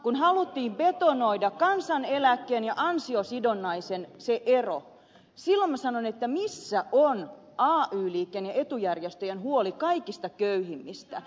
kun haluttiin betonoida kansaneläkkeen ja ansiosidonnaisen ero silloin me kysyimme missä on ay liikkeen ja etujärjestöjen huoli kaikista köyhimmistä